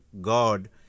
God